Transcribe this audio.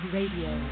Radio